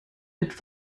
mit